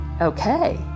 okay